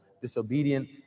disobedient